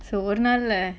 so ஒரு நாள்ல:oru naalla leh